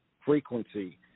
frequency